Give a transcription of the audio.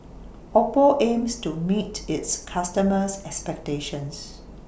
Oppo aims to meet its customers' expectations